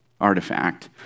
artifact